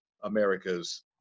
America's